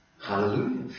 Hallelujah